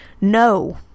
no